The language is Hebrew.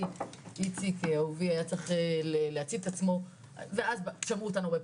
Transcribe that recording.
איציק אהובי היה צריך להצית את עצמו ואז שמעו אותנו,